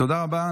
תודה רבה.